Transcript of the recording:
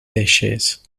dishes